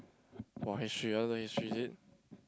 !wah! history you want learn History is it